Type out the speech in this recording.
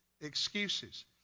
excuses